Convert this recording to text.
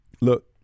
look